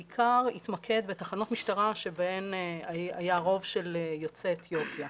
בעיקר התמקד בתחנות משטרה שבהן היה רוב של יוצאי אתיופיה.